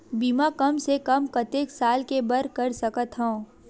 बीमा कम से कम कतेक साल के बर कर सकत हव?